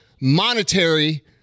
monetary